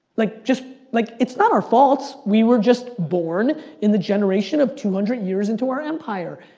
like just, like it's not our faults. we were just born in the generation of two hundred years into our empire.